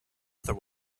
other